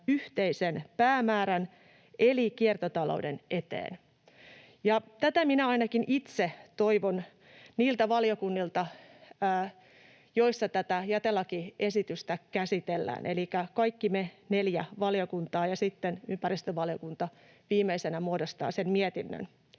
yhteisen päämäärän eli kiertotalouden eteen. Ja tätä minä ainakin itse toivon niiltä valiokunnilta, joissa tätä jätelakiesitystä käsitellään, elikkä kaikki me neljä valiokuntaa ja sitten ympäristövaliokunta viimeisenä muodostamme sen mietinnön.